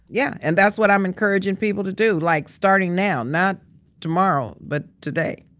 yeah. and that's what i'm encouraging people to do. like starting now. not tomorrow, but today.